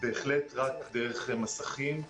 בהחלט רק דרך מסכים,